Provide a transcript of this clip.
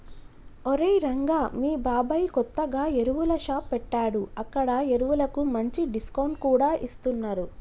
ఒరేయ్ రంగా మీ బాబాయ్ కొత్తగా ఎరువుల షాప్ పెట్టాడు అక్కడ ఎరువులకు మంచి డిస్కౌంట్ కూడా ఇస్తున్నరు